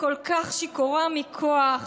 שכל כך שיכורה מכוח,